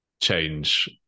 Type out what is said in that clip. change